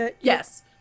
Yes